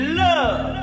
love